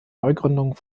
neugründungen